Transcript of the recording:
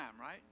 right